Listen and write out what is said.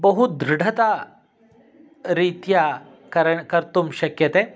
बहुदृढतारीत्या कर्तुं शक्यते